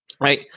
Right